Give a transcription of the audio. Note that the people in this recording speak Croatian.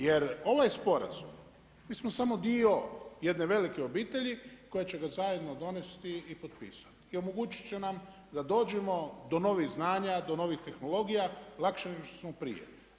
Jer ovaj sporazum, mi smo samo dio jedne velike obitelji koja će ga zajedno donesti i potpisati i omogućit će nam da dođemo do novih znanja, do novih tehnologija, lakše nego što smo prije.